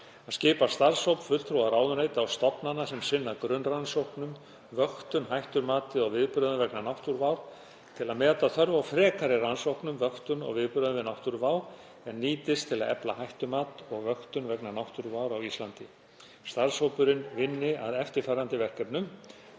að skipa starfshóp fulltrúa ráðuneyta og stofnana sem sinna grunnrannsóknum, vöktun, hættumati og viðbrögðum vegna náttúruvár til að meta þörf á frekari rannsóknum, vöktun og viðbrögðum við náttúruvá er nýtist til að efla hættumat og vöktun vegna náttúruvár á Íslandi. Starfshópurinn vinni að eftirfarandi verkefnum: